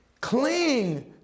cling